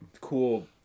cool